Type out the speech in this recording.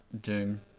Doom